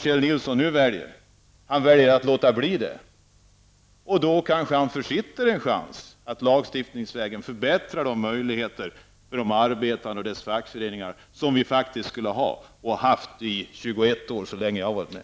Kjell Nilsson väljer att inte förorda en sådan lagstiftning, och då kanske han försitter chansen att lagstiftningsvägen förbättra möjligheterna för arbetarna och deras fackföreningar, en chans som vi nu har och har haft i 21 år och så länge jag har varit med.